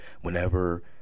Whenever